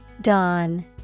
Dawn